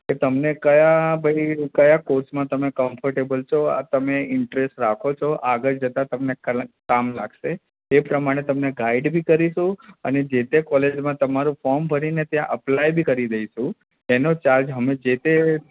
એ તમને કયા ભાઈ કયા કોર્સમાં તમે કમ્ફર્ટેબલ છો આ તમે ઇન્ટરેસ્ટ રાખો છો આગળ જતા તમને કલ કામ લાગશે એ પ્રમાણે તમને ગાઈડ બી કરીશું અને જે તે કોલેજમાં તમારું ફોર્મ ભરીને ત્યાં અપ્લાય બી કરી દઈશું એનો ચાર્જ અમે જે તે